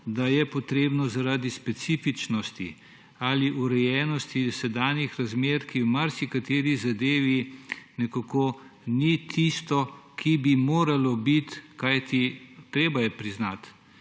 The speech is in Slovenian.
da je potrebno zaradi specifičnosti ali urejenosti sedanjih razmer, ki v marsikateri zadevi nekako ni tisto, ki bi morali biti, kajti treba je priznati,